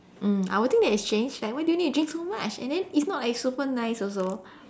mm I will think it's strange like why do you need to drink so much and then it's not like it's super nice also